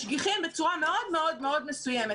משגיחים בצורה מאוד מאוד מסוימת.